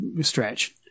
stretch